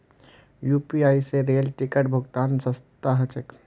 UPI स rail ticket भुक्तान सस्ता ह छेक